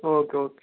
okay okay